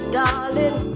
darling